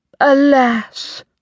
alas